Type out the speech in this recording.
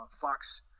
Fox